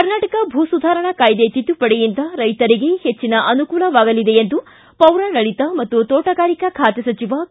ಕರ್ನಾಟಕ ಭೂ ಸುಧಾರಣಾ ಕಾಯ್ದೆ ತಿದ್ದುಪಡಿಯಿಂದ ರೈತರಿಗೆ ಹೆಚ್ಚಿನ ಅನುಕೂಲವಾಗಲಿದೆ ಎಂದು ಪೌರಾಡಳಿತ ಮತ್ತು ತೋಟಗಾರಿಕಾ ಖಾತೆ ಸಚಿವ ಕೆ